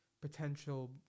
potential